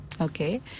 Okay